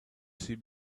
see